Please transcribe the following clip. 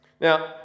Now